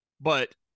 But-